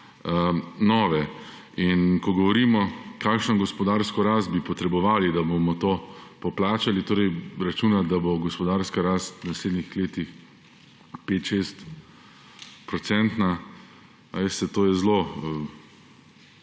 nove. Ko govorimo, kakšno gospodarsko rast bi potrebovali, da bomo to poplačali, računamo, da bo gospodarska rast v naslednjih letih 5-, 6-procentna. Veste, to je zelo